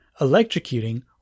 electrocuting